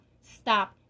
stop